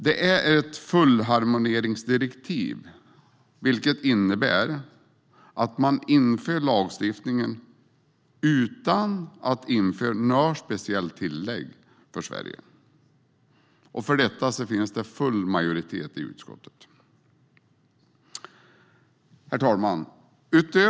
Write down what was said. Det är ett fullharmoniseringsdirektiv, vilket innebär att man inför lagstiftningen utan att införa några speciella tillägg för Sverige. För detta finns det majoritet i utskottet. Herr talman!